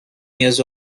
years